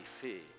fear